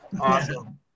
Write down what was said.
Awesome